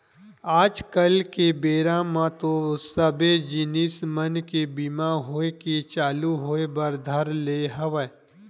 आज कल के बेरा म तो सबे जिनिस मन के बीमा होय के चालू होय बर धर ले हवय